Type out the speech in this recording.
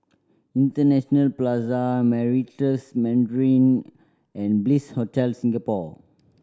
International Plaza Meritus Mandarin and Bliss Hotel Singapore